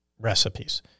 recipes